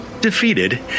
Defeated